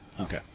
Okay